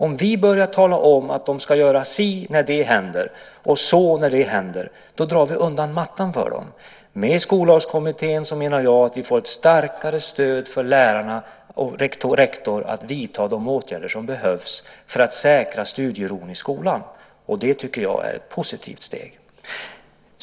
Om vi börjar tala om att de ska göra si när det händer och så när det händer drar vi undan mattan för dem. Med Skollagskommittén menar jag att vi får ett starkare stöd för lärare och rektor att vidta de åtgärder som behövs för att säkra studieron i skolan. Det tycker jag är ett positivt steg.